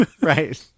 right